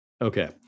Okay